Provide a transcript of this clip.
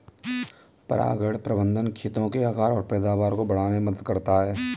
परागण प्रबंधन खेतों के आकार और पैदावार को बढ़ाने में मदद करता है